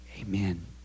Amen